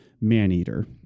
Maneater